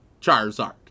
Charizard